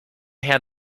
had